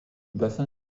bassin